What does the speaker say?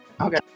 Okay